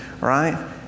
Right